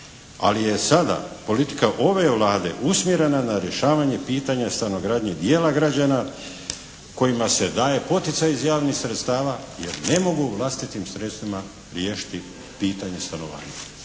ali je sada politika ove Vlade usmjerena na rješavanje pitanja stanogradnje dijela građana kojima se daje poticaj iz javnih sredstava jer ne mogu vlastitim sredstvima riješiti pitanje stanovanja.